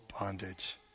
bondage